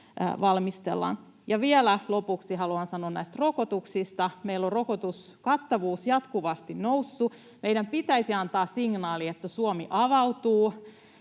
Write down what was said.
valmistellaan. Vielä lopuksi haluan sanoa näistä rokotuksista: Meillä on rokotuskattavuus jatkuvasti noussut. Meidän pitäisi antaa signaali, että Suomi avautuu